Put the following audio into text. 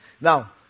Now